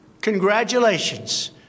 Congratulations